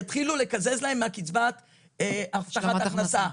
יתחילו לקזז להם מקצבת הבטחת ההכנסה.